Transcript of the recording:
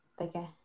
Okay